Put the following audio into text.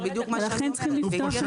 זה בדיוק מה שאני אומרת.